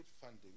funding